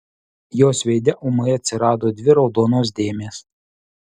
jos veide ūmai atsirado dvi raudonos dėmės